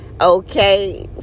Okay